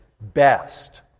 best